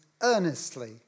earnestly